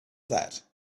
that